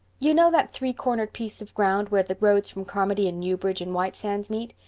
you know that three-cornered piece of ground where the roads from carmody and newbridge and white sands meet?